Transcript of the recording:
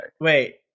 Wait